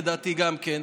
לדעתי גם כן: